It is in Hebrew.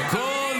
תרגיע, תרגיע.